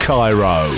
Cairo